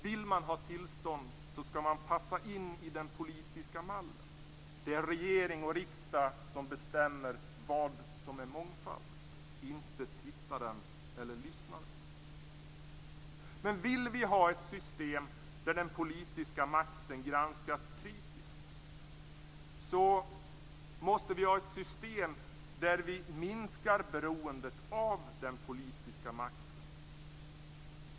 Vill man ha tillstånd skall man passa in i den politiska mallen. Det är regering och riksdag som bestämmer vad som är mångfald, inte tittaren eller lyssnaren. Men vill vi ha ett system där den politiska makten granskas kritiskt så måste vi ha ett system där vi minskar beroendet av den politiska makten.